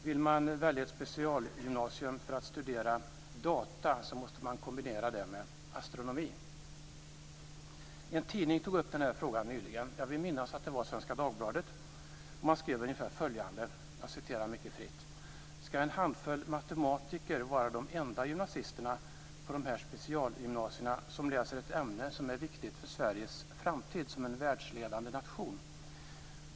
Vill man välja ett specialgymnasium för att studera data måste detta kombineras med astronomi. En tidning tog upp denna fråga nyligen. Jag vill minnas att det var Svenska Dagbladet. Där framgick ungefär följande. Skall en handfull matematiker vara de enda gymnasisterna på specialgymnasierna som läser ett ämne som är viktigt för Sveriges framtid som en världsledande nation?